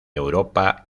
europa